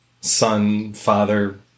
son-father